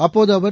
அப்போது அவர்